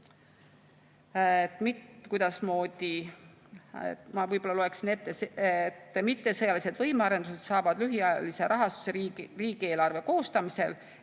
Ma võib‑olla loen ette. Mittesõjalised võimearendused saavad lühiajalise rahastuse, riigieelarve koostamisel